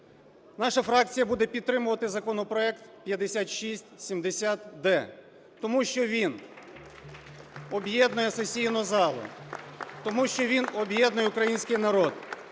Наша фракція буде підтримувати законопроект 5670-д, тому що він об'єднує сесійну залу. Тому що він об'єднує український народ.